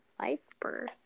Viper